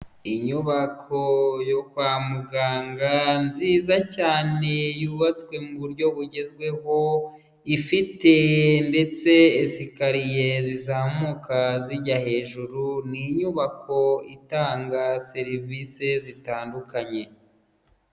Inyubako yo kwa muganga nziza cyane yubatswe mu buryo bugezweho, ifite ndetse esikariye zizamuka zijya hejuru, ni inyubako itanga serivisi zitandukanye.